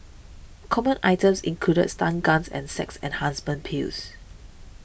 common items included stun guns and sex enhancement pills